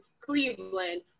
Cleveland